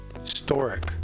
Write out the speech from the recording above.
historic